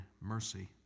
mercy